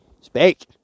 speak